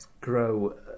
grow